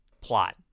plot